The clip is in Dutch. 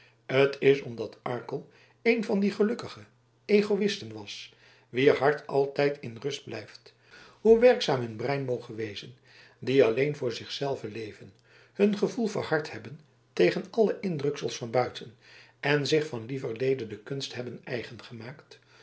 t is omdat arkel een van die gelukkige egoïsten was wier hart altijd in rust blijft hoe werkzaam ook hun brein moge wezen die alleen voor zich zelven levende hun gevoel verhard hebben tegen alle indrukselen van buiten en zich van lieverlede de kunst hebben eigen gemaakt